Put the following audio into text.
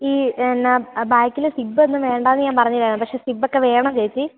ഈ എന്ന ബാക്കിലെ സിബ് ഒന്നും വേണ്ട എന്ന് ഞാൻ പറഞ്ഞില്ലായിരുന്നോ പക്ഷേ സിബ് ഒക്കെ വേണം ചേച്ചി